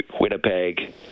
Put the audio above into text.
winnipeg